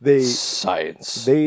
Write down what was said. Science